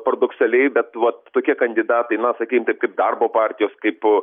paradoksaliai bet vat tokie kandidatai na sakykim taip kaip darbo partijos kaip